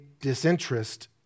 disinterest